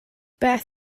beth